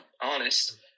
honest